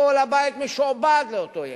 כל הבית משועבד לאותו ילד.